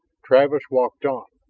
travis walked on.